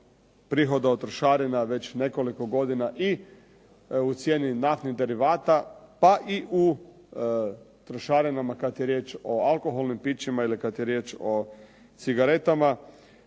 prihoda od trošarina već nekoliko godina i u cijeni naftnih derivata, pa i u trošarinama kad je riječ o alkoholnim pićima ili kad je riječ o cigaretama.